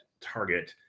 target